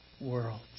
world